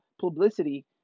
publicity